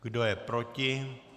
Kdo je proti?